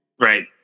Right